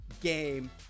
Game